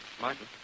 Martin